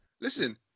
listen